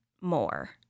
more